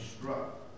struck